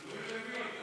תלוי למי.